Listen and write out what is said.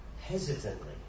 hesitantly